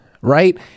right